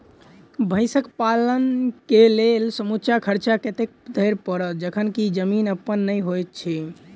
भैंसक पालन केँ लेल समूचा खर्चा कतेक धरि पड़त? जखन की जमीन अप्पन नै होइत छी